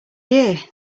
year